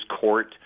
court